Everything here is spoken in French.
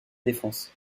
défense